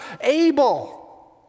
Abel